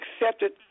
Accepted